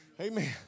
Amen